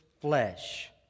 flesh